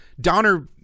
Donner